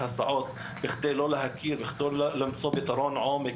הסעות בכדי לא להקים מבנים ולמצוא פתרון עומק,